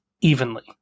evenly